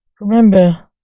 Remember